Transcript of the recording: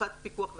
הפיקוח וההשגחה.